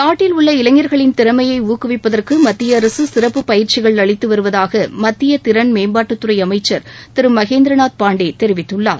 நாட்டில் உள்ள இளைஞர்களின் திறமையை ஊக்குவிப்பதற்கு மத்திய அரசு சிறப்பு பயிற்சிகள் அளித்து வருவதாக மத்திய திறன் மேம்பாட்டுத்துறை அமைச்ச் திரு மகேந்திரநாத் பாண்டே தெரிவித்துள்ளார்